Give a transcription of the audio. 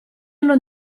non